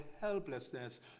helplessness